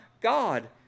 God